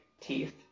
teeth